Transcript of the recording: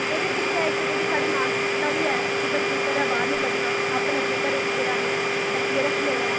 एह्दे पिच्छें इक जेह्ड़ी साढी इक मानसिकता ऐ कि बच्चें गी घरा दे बार नेई कड्डना अपने अपने घरा च जेह्ड़ा आहें डक्कियै रक्खी लेदा ऐ